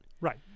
Right